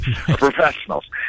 professionals